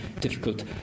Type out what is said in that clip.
difficult